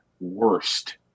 worst